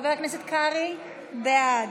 חבר הכנסת קרעי, בעד,